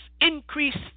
Increase